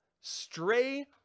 stray